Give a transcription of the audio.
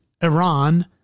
Iran